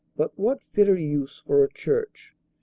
but what fitter use for a church?